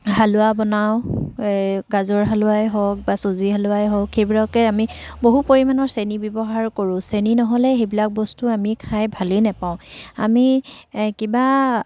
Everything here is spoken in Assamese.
হালোৱা বনাওঁ গাজৰ হালোৱাই হওক বা চুজি হালোৱাই হওক সেইবোৰকে আমি বহু পৰিমাণৰ চেনি ব্যৱহাৰ কৰোঁ চেনি নহ'লে সেইবিলাক বস্তু আমি খাই ভালেই নাপাওঁ আমি কিবা